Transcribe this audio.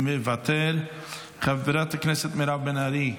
מוותר, חברת הכנסת מירב בן ארי,